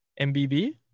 MBB